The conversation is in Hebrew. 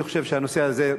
אני חושב שהנושא הזה,